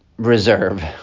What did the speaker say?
Reserve